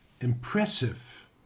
impressive